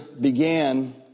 began